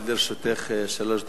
לרשותך עומדות שלוש דקות.